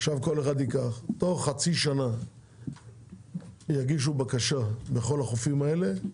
תוך חצי שנה יגישו בקשה לכל החופים האלה,